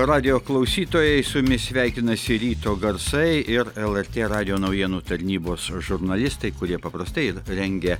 radijo klausytojai su jumis sveikinasi ryto garsai ir lrt radijo naujienų tarnybos žurnalistai kurie paprastai ir rengia